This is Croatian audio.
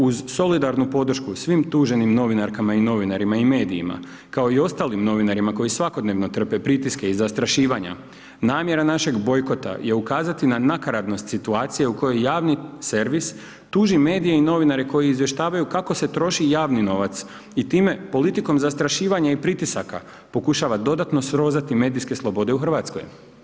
Uz solidarnu podršku svim tuženim novinarkama i novinarima i medijima, kao i ostalim novinarima koji svakodnevno trpe pritiske i zastrašivanja, namjera našeg bojkota je ukazati na nakaradnost situacije u kojoj javni servis tuži medije i novinare koji izvještavaju kako se troši javni novac i time politikom zastrašivanja i pritisaka pokušava dodatno srozati medijske slobode u Hrvatskoj.